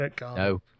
No